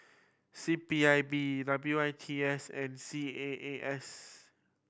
C P I B W I T S and C A A S